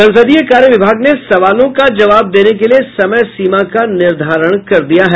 संसदीय कार्य विभाग ने सवालों का जवाब देने के लिये समयसीमा का निर्धारण कर दिया है